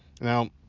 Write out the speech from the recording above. Now